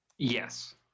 yes